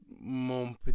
Mon